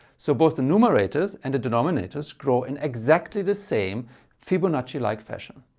so both the numerators and the denominators grow in exactly the same fibonacci-like fashion.